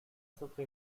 stato